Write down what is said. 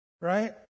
right